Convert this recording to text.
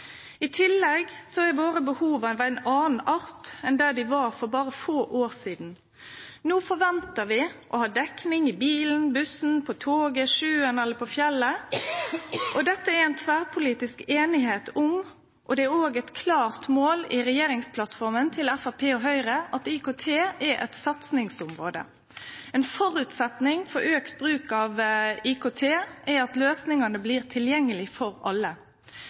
I tillegg er våre behov av ein annan art enn det dei var for berre få år sidan. No forventar vi å ha dekning i bilen, på bussen, på toget, på sjøen og på fjellet, og dette er det tverrpolitisk einigheit om. Det er òg eit klart mål i regjeringsplattforma til Framstegspartiet og Høgre at IKT er eit satsingsområde. Ein føresetnad for auka bruk av IKT er at løysingane blir tilgjengelege for alle.